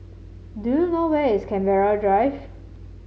do you know where is Canberra Drive